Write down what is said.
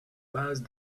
base